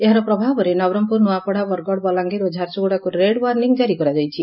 ଏହାର ପ୍ରଭାବରେ ନବରଙ୍ଗପୁର ନ୍ଆପଡା ବରଗଡ ବଲାଙ୍ଗୀର ଓ ଝାରସୁଗୁଡାକୁ ରେଡ ଓ୍ୱାର୍ଗିଂ କାରି କରାଯାଇଛି